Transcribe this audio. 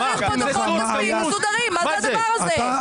צריך פה דוחות כספיים מסודרים, מה זה הדבר הזה?